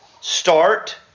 Start